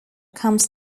comes